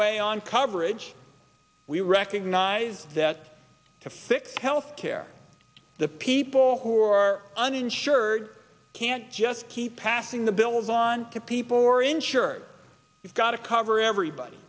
way on coverage we recognize that to fix health care the people who are uninsured can't just keep passing the bills on to people who are insured it's got to cover everybody